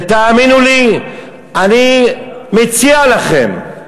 ותאמינו לי, אני מציע לכם,